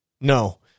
no